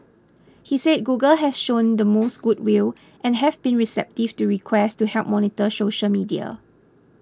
he said Google has shown the most good will and have been receptive to requests to help monitor social media